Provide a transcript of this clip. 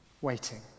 waiting